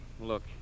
Look